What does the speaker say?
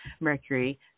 Mercury